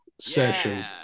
session